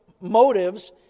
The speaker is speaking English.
motives